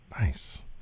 Nice